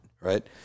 right